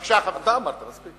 בבקשה, חבר, אתה אמרת, זה מספיק.